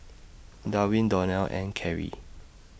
Darwin Donell and Keri